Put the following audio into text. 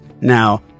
Now